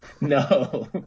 no